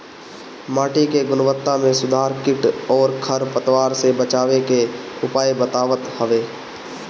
माटी के गुणवत्ता में सुधार कीट अउरी खर पतवार से बचावे के उपाय बतावत हवे